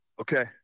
okay